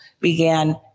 began